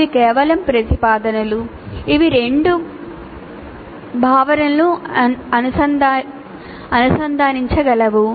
ఇవి కేవలం ప్రతిపాదనలు ఇవి రెండు భావనలను అనుసంధానించగలవు